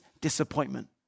disappointment